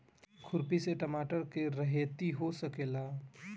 खुरपी से टमाटर के रहेती हो सकेला?